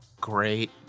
great